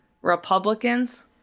republicans